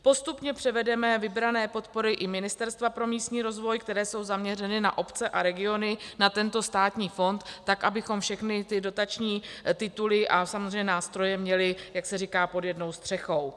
Postupně převedeme vybrané podpory i Ministerstva pro místní rozvoj, které jsou zaměřeny na obce a regiony, na tento státní fond, tak abychom všechny dotační tituly a nástroje měli, jak se říká, pod jednou střechou.